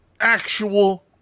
actual